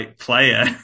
player